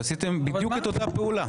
עשיתם בדיוק את אותה פעולה.